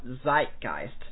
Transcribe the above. Zeitgeist